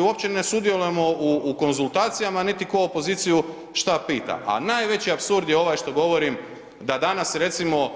Uopće ne sudjelujemo u konzultacijama niti ko opoziciju šta pita, a najveći apsurd je ovaj što govorim da danas recimo